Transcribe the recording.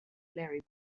larry